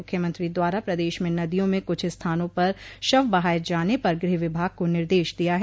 मुख्यमंत्री द्वारा प्रदेश में नदियों में कुछ स्थानों पर शव बहाये जाने पर गृह विभाग को निर्देश दिया है